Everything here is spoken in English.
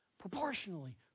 Proportionally